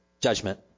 judgment